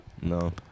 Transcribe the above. No